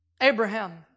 Abraham